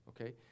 okay